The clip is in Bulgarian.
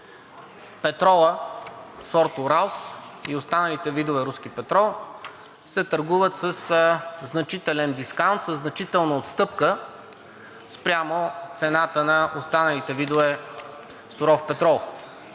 петролът сорт „Уралс“ и останалите видове руски петрол се търгуват със значителен дискаунт, със значителна отстъпка, спрямо цената на останалите видове суров петрол.